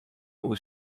oer